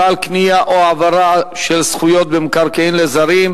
על הקניה או העברה של זכויות במקרקעין לזרים),